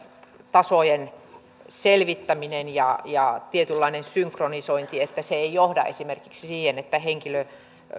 tasojen selvittäminen ja ja tietynlainen synkronisointi niin että se ei johda esimerkiksi siihen että henkilö